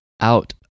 out